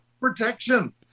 protection